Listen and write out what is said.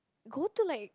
go to like